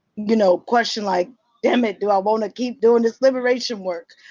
you know question like damn it. do i want to keep doing this liberation work?